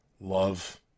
love